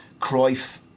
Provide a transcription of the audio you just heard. Cruyff